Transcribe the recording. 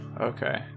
Okay